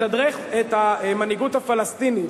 מתדרך את המנהיגות הפלסטינית